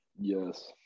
Yes